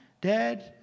dad